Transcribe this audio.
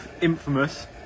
infamous